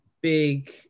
big